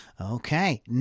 Okay